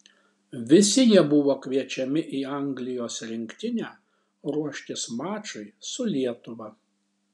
visi jie buvo kviečiami į anglijos rinktinę ruoštis mačui su lietuva